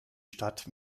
stadt